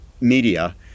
media